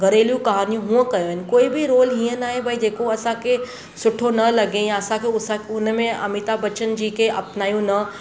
घरेलू कहानियूं हूअं करनि कोई बि रोल हीअं नाहे भई जेको असांखे सुठो न लॻे या असांखे हू असां हुन में अमिताभ बच्चन जी खे अपनायूं न